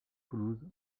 toulouse